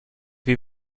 wie